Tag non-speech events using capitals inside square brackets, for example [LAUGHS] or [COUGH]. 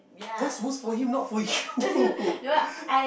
that's worst for him not for [LAUGHS] you